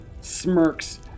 smirks